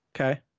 Okay